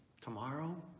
tomorrow